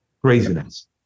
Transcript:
craziness